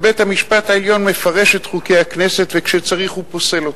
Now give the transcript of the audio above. ובית-המשפט העליון מפרש את חוקי הכנסת וכשצריך הוא פוסל אותם.